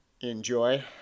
enjoy